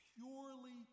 purely